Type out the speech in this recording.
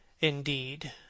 indeed